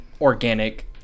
organic